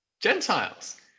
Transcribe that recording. Gentiles